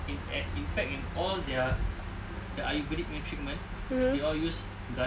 in at in fact in all their ayurvedic punya treatment they all use garlic